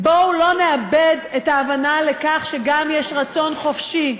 בואו לא נאבד את ההבנה שגם יש רצון חופשי,